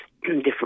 different